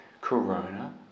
Corona